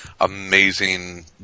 amazing